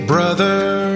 brother